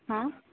ହଁ